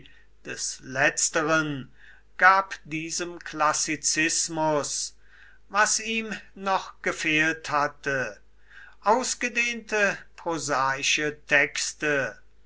des letzteren gab diesem klassizismus was ihm noch gefehlt hatte ausgedehnte prosaische texte